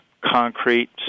concrete